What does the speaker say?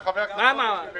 חבר הכנסת מיקי לוי,